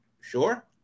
sure